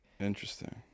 Interesting